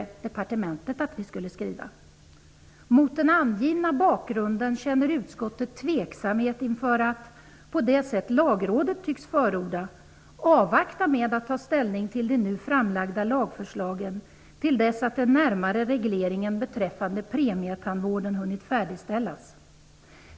Och departementet tyckte att det skulle skrivas så här: Mot den angivna bakgrunden känner utskottet tveksamhet inför att på det sätt Lagrådet tycks förorda avvakta med att ta ställning till det nu framlagda lagförslagen till dess att den närmare regleringen beträffande premietandvården hunnit färdigställas.